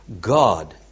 God